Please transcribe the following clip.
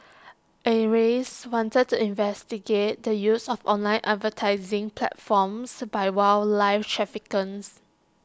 acres wanted to investigate the use of online advertising platforms by wildlife traffickers